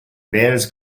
various